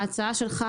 ההצעה שלך,